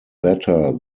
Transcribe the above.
better